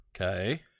okay